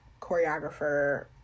choreographer